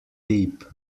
deep